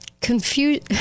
Confusion